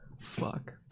Fuck